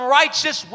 righteous